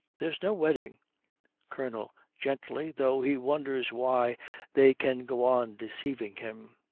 there's no wedding colonel, gently, though he wonders why they can go on deceiving him,